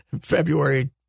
February